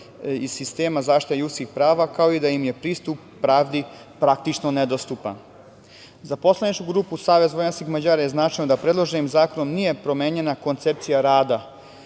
iz sistema zaštite ljudskih prava, kao i da im je pristup pravdi praktično nedostupan.Za poslaničku grupu SVM je značajno da predloženim zakonom nije promenjena koncepcija rada.